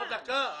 דקה.